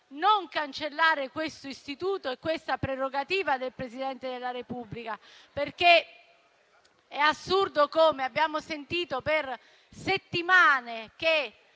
non cancellare questo istituto e questa prerogativa del Presidente della Repubblica. È assurdo che si dica, come abbiamo sentito dire per settimane, che